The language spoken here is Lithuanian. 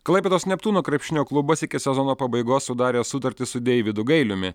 klaipėdos neptūno krepšinio klubas iki sezono pabaigos sudarė sutartį su deividu gailiumi